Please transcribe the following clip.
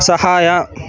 ಸಹಾಯ